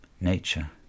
nature